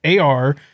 AR